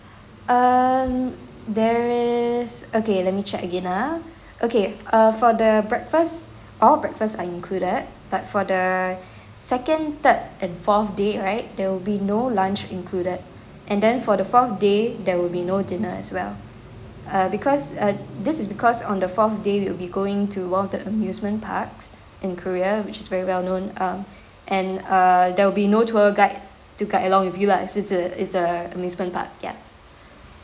um there is okay let me check again ah okay uh for the breakfast all breakfast are included but for the second third and fourth day right there will be no lunch included and then for the fourth day there will be no dinner as well uh because uh this is because on the fourth day we'll be going to one of the amusement parks in korea which is very well known uh and err there will be no tour guide to guide along with you lah since a it's a amusement park ya